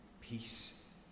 peace